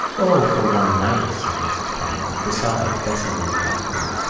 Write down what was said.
o, for one night, said mrs. conroy. besides, bessie will look after them.